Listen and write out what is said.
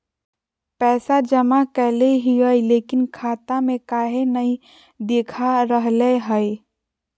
पैसा जमा कैले हिअई, लेकिन खाता में काहे नई देखा रहले हई?